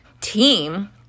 team –